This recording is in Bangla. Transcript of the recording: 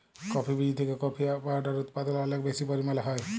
কফি বীজ থেকে কফি পাওডার উদপাদল অলেক বেশি পরিমালে হ্যয়